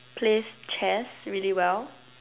plays chess really well